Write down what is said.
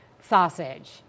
sausage